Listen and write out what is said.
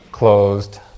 closed